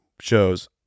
shows